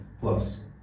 plus